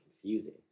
confusing